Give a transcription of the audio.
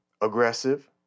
aggressive